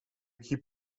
keep